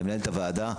למנהלת הוועדה.